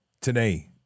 Today